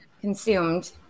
consumed